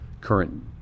current